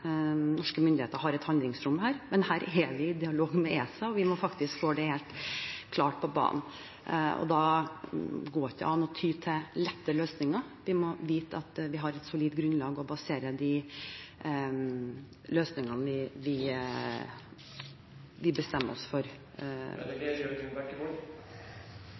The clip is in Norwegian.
må faktisk ha det helt klart på banen. Da går det ikke an å ty til lette løsninger. Vi må vite at vi har et solid grunnlag å basere de løsningene vi bestemmer oss for,